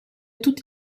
tutti